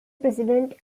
president